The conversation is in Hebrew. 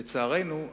לצערנו,